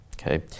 Okay